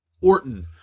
Orton